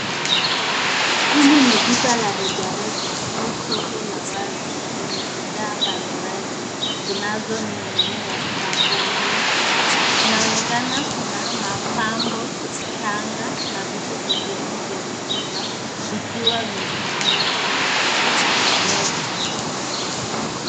Hili ni duka la rejareja au soko la wazi lenye bidhaa mbalimbali zinazoning'inia na kuonyeshwa. Inaonekana kuna mapambo, shanga na vitu vingine vya kuuza vikiwa vimepangwa kwenye kuta na meza.